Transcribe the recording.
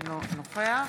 אינו נוכח